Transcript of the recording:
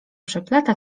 przeplata